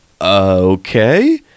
okay